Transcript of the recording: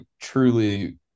truly